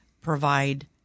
provide